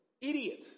idiot